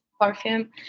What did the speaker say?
perfume